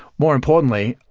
more importantly,